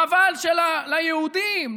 חבל שליהודים,